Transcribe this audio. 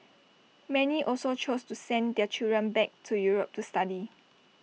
many also chose to send their children back to Europe to study